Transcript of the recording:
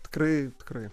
tikrai tikrai